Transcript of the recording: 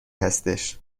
هستش